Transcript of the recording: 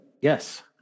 Yes